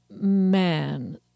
man